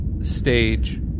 stage